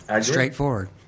straightforward